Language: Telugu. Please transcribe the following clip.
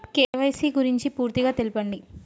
కే.వై.సీ గురించి పూర్తిగా తెలపండి?